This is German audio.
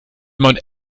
mount